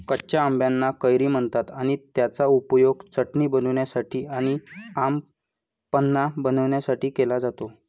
कच्या आंबाना कैरी म्हणतात आणि त्याचा उपयोग चटणी बनवण्यासाठी आणी आम पन्हा बनवण्यासाठी केला जातो